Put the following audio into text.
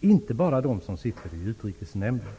inte bara de som är representerade i Utrikesnämnden.